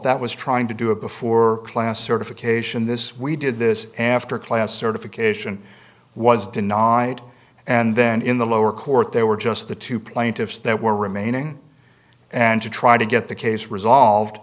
that was trying to do a before class certification this we did this after class certification was denied and then in the lower court there were just the two plaintiffs that were remaining and to try to get the case resolved